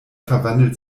verwandelt